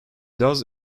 does